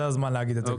זה הזמן להגיד את זה גם.